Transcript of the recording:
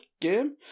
game